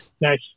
Nice